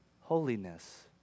holiness